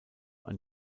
ein